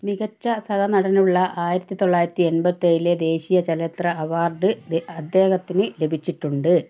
മികച്ച സഹനടനുള്ള ആയിരത്തി തൊള്ളായിരത്തി എൺപത്തി ഏഴിലെ ദേശീയ ചലച്ചിത്ര അവാർഡ് അദ്ദേഹത്തിന് ലഭിച്ചിട്ടുണ്ട്